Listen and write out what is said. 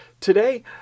Today